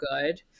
good